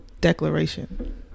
declaration